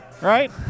right